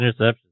interceptions